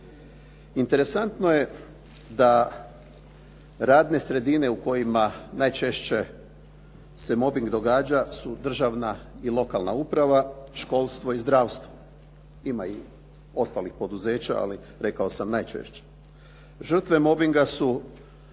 Interesantno je da radne sredine u kojima najčešće se mobing događa su državna i lokalna uprava, školstvo i zdravstvo. Ima i ostalih poduzeća, ali rekao sam najčešće. Žrtve mobinga su